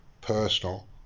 personal